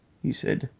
he said.